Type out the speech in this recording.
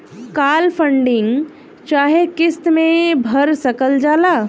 काल funding चाहे किस्त मे भर सकल जाला